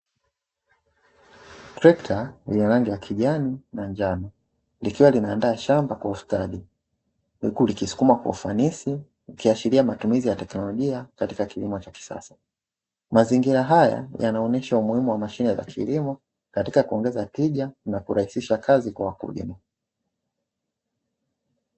Trekta lenye rangi ya kijani na njano, likiwa linaandaa shamba kwa ustadi, huku likisukuma kwa ufanisi, ikiashiria matumizi ya teknolojia katika kilimo cha kisasa, mazingira haya yanaonesha umuhimu wa mashine za kilimo katika kuongeza tija na kurahisisha kazi kwa wakulima.